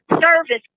service